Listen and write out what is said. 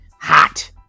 hot